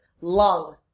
Lung